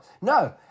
No